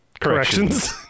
corrections